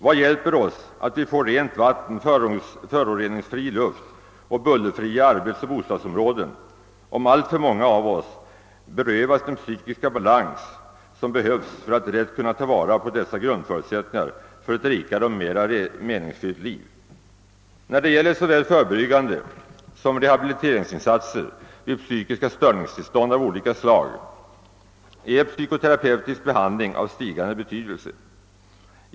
Vad hjälper oss rent vatten, föroreningsfri luft och bullerfria arbetsoch bostadsområden, om alltför många av oss berövas den psykiska balans som behövs för att rätt kunna ta vara på dessa grundförutsättningar för ett rikare och mera meningsfyllt liv? När det gäller såväl förebyggande åtgärder som rehabiliteringsinsatser vid psykiska störningstillstånd av olika slag är psykoterapeutisk behandling av stigande betydelse.